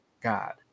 God